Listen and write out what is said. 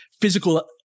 physical